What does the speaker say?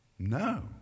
No